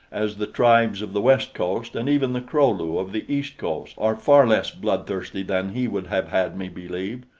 as the tribes of the west coast and even the kro-lu of the east coast are far less bloodthirsty than he would have had me believe.